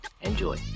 enjoy